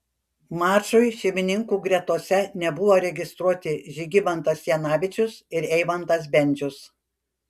mačui šeimininkų gretose nebuvo registruoti žygimantas janavičius ir eimantas bendžius